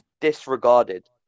disregarded